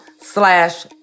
slash